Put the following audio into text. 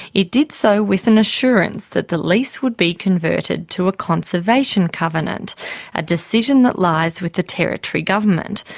it did so with an assurance that the lease would be converted to a conservation covenant a decision that lies with the territory government.